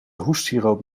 hoestsiroop